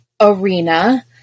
arena